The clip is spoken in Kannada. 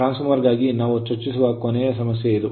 ಟ್ರಾನ್ಸ್ ಫಾರ್ಮರ್ ಗಾಗಿ ನಾವು ಚರ್ಚಿಸುವ ಕೊನೆಯ ಸಮಸ್ಯೆ ಇದು